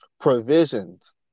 provisions